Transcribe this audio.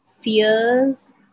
fears